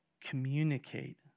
Communicate